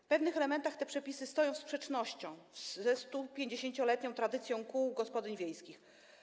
W pewnych elementach te przepisy stoją w sprzeczności ze 150-letnią tradycją kół gospodyń wiejskich.